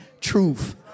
truth